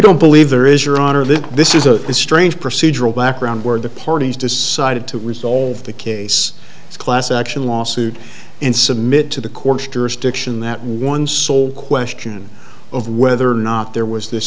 don't believe there is your honor that this is a strange procedural background where the parties decided to resolve the case class action lawsuit and submit to the court's jurisdiction that one sole question of whether or not there was this